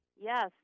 Yes